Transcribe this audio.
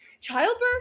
Childbirth